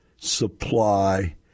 supply